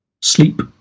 sleep